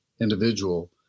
individual